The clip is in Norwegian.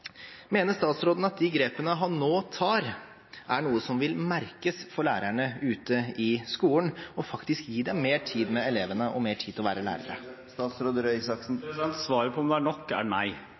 Mener statsråden at de grepene han nå tar, er noe som vil merkes for lærerne ute i skolen, og faktisk gi dem mer tid med elevene og mer tid til å være lærer? Svaret på om det er nok, er nei. Svaret på om dette vil merkes, er